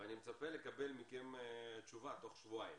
אני מצפה לקבל מכם תשובה תוך שבועיים